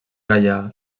gaià